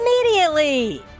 immediately